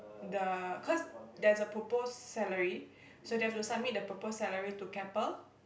the cause there's a proposed salary so they have to submit the proposed salary to Keppel